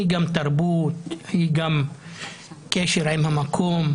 היא גם תרבות, היא גם קשר עם המקום,